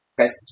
Okay